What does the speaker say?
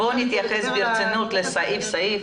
בואו תייחס ברצינות לכל סעיף וסעיף.